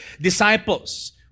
disciples